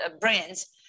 brands